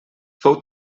fou